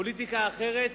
"פוליטיקה אחרת"